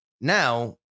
Now